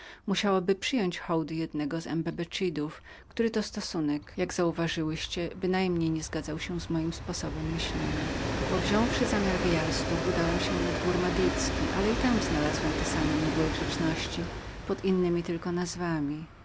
by przyjąć hołdy jednego z embecevidos który to stosunek jak uważacie bynajmniej nie zgadzał się z moim sposobem myślenia powziąwszy zamiar wyjechania udałem się na dwór madrycki ale i tam znalazłem te same mdłe grzeczności pod innemi tylko nazwiskami